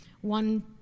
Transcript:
one